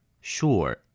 Sure